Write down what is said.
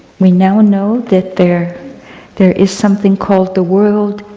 we now know that there there is something called the world